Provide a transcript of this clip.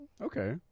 Okay